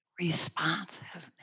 responsiveness